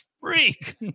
freak